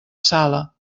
sala